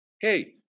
hey